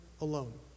alone